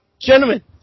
Gentlemen